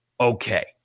okay